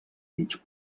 mig